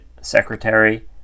Secretary